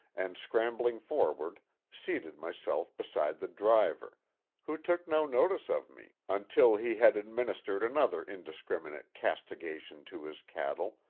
and scrambling forward seated myself beside the driver who took no notice of me until he had administered another indiscriminate castigation to his cattle,